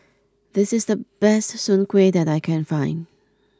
this is the best Soon Kway that I can find